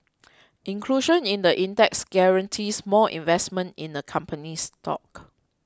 inclusion in the index guarantees more investment in the company's stock